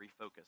refocus